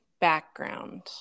background